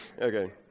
okay